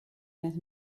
las